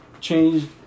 changed